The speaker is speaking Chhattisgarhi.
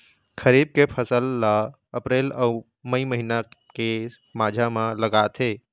खरीफ के फसल ला अप्रैल अऊ मई महीना के माझा म लगाथे